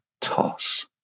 toss